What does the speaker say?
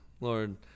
Lord